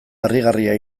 harrigarria